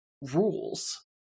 rules